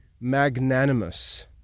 magnanimous